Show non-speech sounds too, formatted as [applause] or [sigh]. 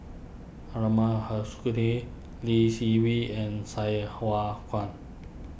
[unintelligible] Lee Seng Wee and Sai Hua Kuan